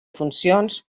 funcions